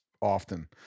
often